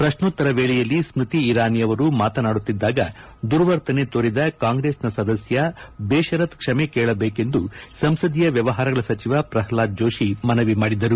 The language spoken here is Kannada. ಪ್ರಶ್ನೋತ್ತರ ವೇಳೆಯಲ್ಲಿ ಸ್ಕೃತಿ ಇರಾನಿ ಅವರು ಮಾತನಾಡುತ್ತಿದ್ದಾಗ ದುರ್ವರ್ತನೆ ತೋರಿದ ಕಾಂಗ್ರೆಸ್ನ ಸದಸ್ಯ ಬೇಷರತ್ ಕ್ಷಮೆ ಕೇಳಬೇಕೆಂದು ಸಂಸದೀಯ ವ್ಡವಹಾರಗಳ ಸಚಿವ ಪ್ರಹ್ಲಾದ್ ಜೋಶಿ ಮನವಿ ಮಾಡಿದರು